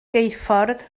geuffordd